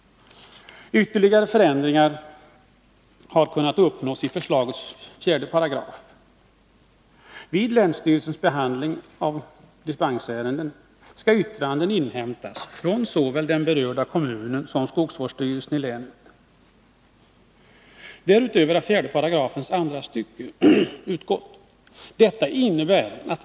Ytterligare förändringar har kunnat uppnås i förslagets 4 §. Vid länsstyrelsens behandling av dispensärenden skall yttranden inhämtas från såväl den berörda kommunen som skogsvårdsstyrelsen i länet. Därutöver har andra stycket i 4§ utgått.